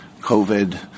COVID